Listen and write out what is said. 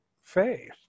faith